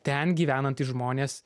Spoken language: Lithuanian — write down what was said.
ten gyvenantys žmonės